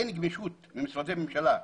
אין גמישות ממשרדי ממשלה,